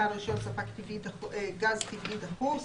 בעל רישיון ספק גז טבעי דחוס.